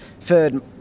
third